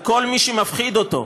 וכל מי שמפחיד אותו,